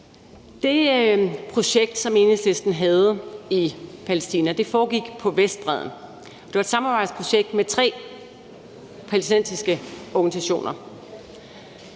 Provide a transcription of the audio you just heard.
Det projekt, som Enhedslisten havde i Palæstina, foregik på Vestbredden. Det var et samarbejdsprojekt med tre palæstinensiske organisationer.